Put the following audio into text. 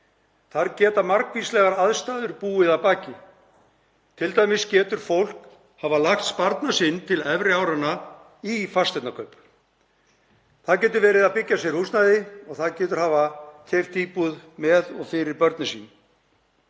Þar geta margvíslegar aðstæður búið að baki. Til dæmis getur fólk hafa lagt sparnað sinn til efri áranna í fasteignakaup, það getur verið að byggja sér húsnæði og það getur hafa keypt íbúð með eða fyrir börnin sín.